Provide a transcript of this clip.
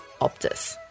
Optus